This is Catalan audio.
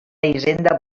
hisenda